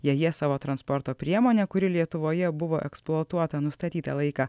jei jie savo transporto priemonę kuri lietuvoje buvo eksploatuota nustatytą laiką